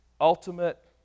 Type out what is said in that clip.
ultimate